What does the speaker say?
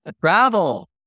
Travel